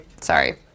Sorry